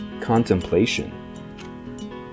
contemplation